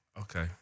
Okay